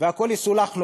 והכול יסולח לו,